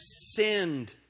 sinned